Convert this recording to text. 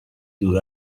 دور